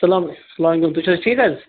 سلام سلام علیکُم تُہۍ چھِو حظ ٹھیٖک حظ